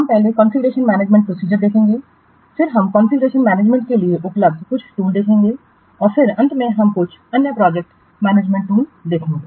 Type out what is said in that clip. हम पहले configuration management प्रोसीजरदेखेंगे फिर हम कॉन्फ़िगरेशन मैनेजमेंट के लिए उपलब्ध कुछ टूल देखेंगे और फिर अंत में हम कुछ अन्य प्रोजेक्ट मैनेजमेंट टूल देखेंगे